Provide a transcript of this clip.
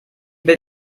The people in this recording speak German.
will